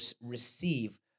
receive